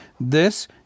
This